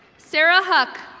sarah huck.